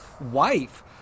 wife